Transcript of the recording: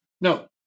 no